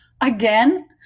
Again